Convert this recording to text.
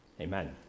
amen